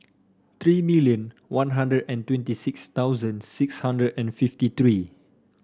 three million One Hundred and twenty six thousand six hundred and fifty three